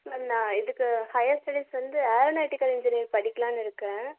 நான் இதுக்கு higher studies வந்து ஏரோநாட்டிக்கல் இன்ஜினியர் படிக்கலாம்னு இருக்கேன்